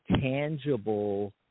tangible